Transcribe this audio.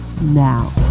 now